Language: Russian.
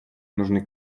нужны